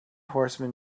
horseman